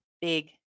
big